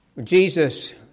Jesus